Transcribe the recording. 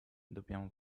dobbiamo